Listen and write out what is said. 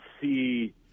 see